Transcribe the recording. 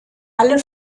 alle